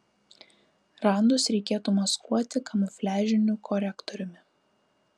randus reikėtų maskuoti kamufliažiniu korektoriumi